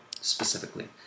specifically